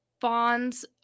bonds